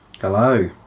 Hello